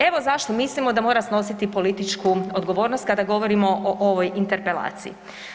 Evo zašto mislimo da mora snositi političku odgovornost kada govorimo o ovoj interpelaciji.